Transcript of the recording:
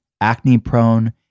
acne-prone